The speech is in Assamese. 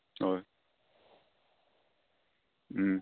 হয়